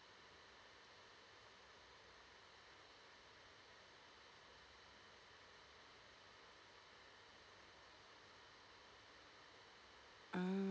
mm